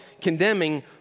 condemning